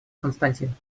константин